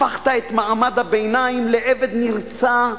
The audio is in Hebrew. הפכת את מעמד הביניים לעבד נרצע,